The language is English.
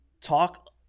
talk